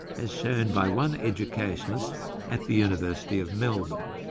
as shown by one educationalist at the university of melbourne.